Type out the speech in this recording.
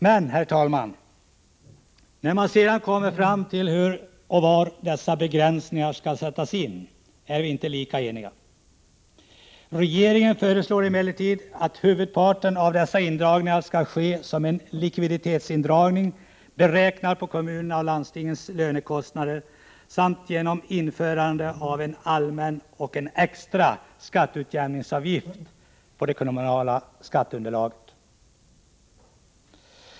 Men, herr talman, när man sedan kommer till frågan om hur och var dessa begränsningar skall sättas in är vi inte lika ense. Regeringen föreslår emellertid att huvudparten av dessa indragningar skall ske som en likviditetsindragning beräknad på kommunernas och landstingens lönekostnader samt genom införande av en allmän och en extra skatteutjämningsavgift på det kommunala skatteunderlaget.